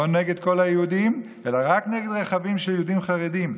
לא נגד כל היהודים אלא רק נגד רכבים של יהודים חרדים.